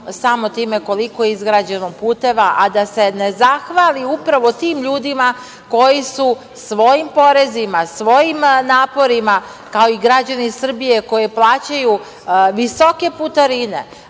samo time koliko je izgrađeno puteva, a da se ne zahvali upravo tim ljudima koji su svojim porezima, svojim naporima, kao i građani Srbije koji plaćaju visoke putarine,